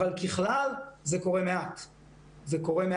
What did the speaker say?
אבל ככלל זה קורה מעט מדי.